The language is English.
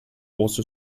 also